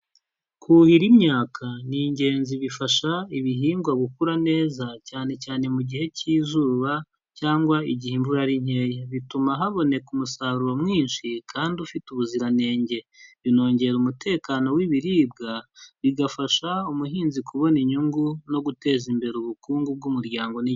Kuhira imyaka ni ingenzi, bifasha ibihingwa gukura neza cyane cyane mu gihe cy'izuba cyangwa igihe imvura ari nkeya. Bituma haboneka umusaruro mwinshi kandi ufite ubuziranenge. Binongera umutekano w'ibiribwa, bigafasha umuhinzi kubona inyungu no guteza imbere ubukungu bw'umuryango n